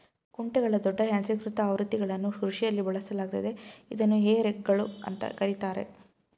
ಕುಂಟೆಗಳ ದೊಡ್ಡ ಯಾಂತ್ರೀಕೃತ ಆವೃತ್ತಿಗಳನ್ನು ಕೃಷಿಯಲ್ಲಿ ಬಳಸಲಾಗ್ತದೆ ಇದನ್ನು ಹೇ ರೇಕ್ಗಳು ಅಂತ ಕರೀತಾರೆ